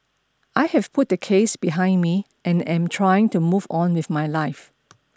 I have put the case behind me and am trying to move on with my life